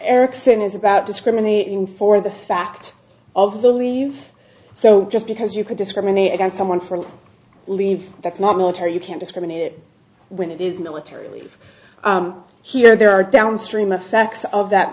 erickson is about discriminating for the fact of the leave so just because you can discriminate against someone for leave that's not military you can't discriminate when it is military leave here there are downstream effects of that